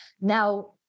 Now